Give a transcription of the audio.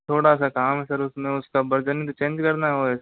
थोडा सा काम है सर उसमें उसका वर्ज़न चेंज करना है ओएस